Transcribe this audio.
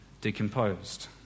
decomposed